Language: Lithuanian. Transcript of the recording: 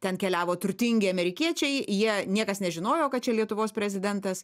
ten keliavo turtingi amerikiečiai jie niekas nežinojo kad čia lietuvos prezidentas